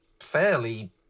fairly